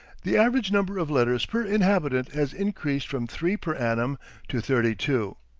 the average number of letters per inhabitant has increased from three per annum to thirty-two.